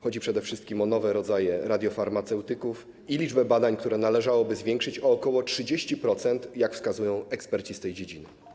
Chodzi przede wszystkim o nowe rodzaje radiofarmaceutyków i liczbę badań, które należałoby zwiększyć o ok. 30%, jak wskazują eksperci z tej dziedziny.